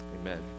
amen